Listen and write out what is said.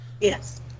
Yes